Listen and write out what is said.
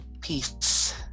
Peace